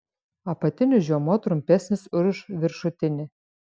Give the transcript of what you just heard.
apatinis žiomuo trumpesnis už viršutinį